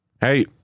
Hey